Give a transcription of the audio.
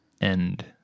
end